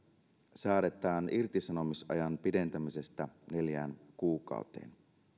säädetään irtisanomisajan pidentämisestä neljään kuukauteen